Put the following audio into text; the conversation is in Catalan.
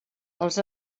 els